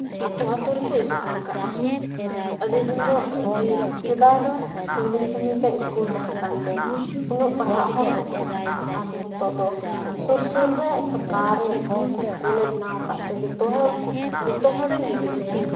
ᱟᱹᱛᱩ ᱟᱹᱛᱩ ᱨᱮᱠᱚ ᱥᱠᱩᱞ ᱟᱠᱟᱫᱼᱟ ᱟᱹᱰᱤ ᱫᱤᱱ ᱫᱚ ᱟᱹᱰᱤ ᱥᱮᱫᱟᱭ ᱫᱚ ᱥᱟᱺᱜᱤᱧ ᱥᱟᱺᱜᱤᱧ ᱨᱮ ᱥᱠᱩᱞ ᱛᱟᱦᱮᱸ ᱠᱟᱱ ᱛᱮ ᱩᱱᱟᱹᱜ ᱯᱟᱲᱦᱟᱜ ᱦᱚᱲ ᱵᱟᱠᱚ ᱛᱟᱦᱮᱸ ᱠᱟᱱᱟ ᱟᱨ ᱱᱤᱛᱚᱜ ᱫᱚ ᱥᱩᱨ ᱥᱩᱨ ᱨᱮ ᱥᱚᱨᱠᱟᱨᱮ ᱥᱠᱩᱞᱮ ᱵᱮᱱᱟᱣ ᱟᱠᱟᱫ ᱛᱮ ᱡᱚᱛᱚ ᱦᱚᱲ ᱡᱚᱛᱚ ᱦᱚᱲ ᱨᱮᱱ ᱜᱤᱫᱽᱨᱟᱹ ᱠᱚ